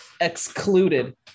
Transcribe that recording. Excluded